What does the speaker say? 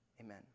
amen